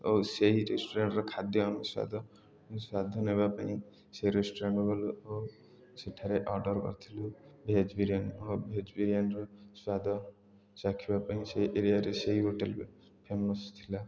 ଆଉ ସେଇ ରେଷ୍ଟୁରାଣ୍ଟ୍ର ଖାଦ୍ୟ ଆମେ ସ୍ୱାଦ ସ୍ୱାଦ ନେବା ପାଇଁ ସେ ରେଷ୍ଟୁରାଣ୍ଟ୍କୁ ଗଲୁ ଓ ସେଠାରେ ଅର୍ଡ଼ର୍ କରିଥିଲୁ ଭେଜ୍ ବିରିୟାନୀ ଓ ଭେଜ୍ ବିରିୟାନୀର ସ୍ୱାଦ ଚାଖିବା ପାଇଁ ସେଇ ଏରିଆରେ ସେଇ ହୋଟେଲ୍ ଫେମସ୍ ଥିଲା